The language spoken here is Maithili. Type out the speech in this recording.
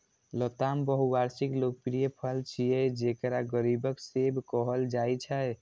लताम बहुवार्षिक लोकप्रिय फल छियै, जेकरा गरीबक सेब कहल जाइ छै